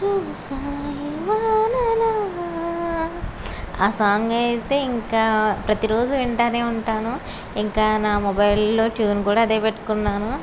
చూశాయి వాన లా ఆ సాంగ్ అయితే ఇంకా ప్రతిరోజు వింటానే ఉంటాను ఇంకా నా మొబైల్ లో ట్యూన్ కూడా అదే పెట్టుకున్నాను